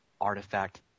artifact